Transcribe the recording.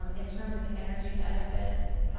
um in terms of energy benefits,